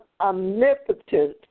omnipotent